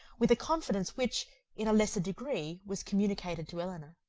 with a confidence which, in a lesser degree, was communicated to elinor.